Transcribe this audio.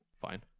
fine